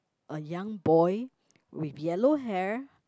a young boy with yellow hair